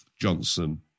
Johnson